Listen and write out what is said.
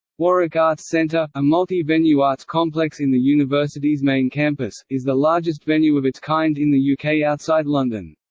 warwick arts centre, a multi-venue arts complex in the university's main campus, is the largest venue of its kind in the yeah uk outside london.